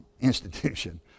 institution